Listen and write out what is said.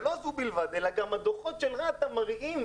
לא זו בלבד אלא גם הדוחות של רת"ע מראים,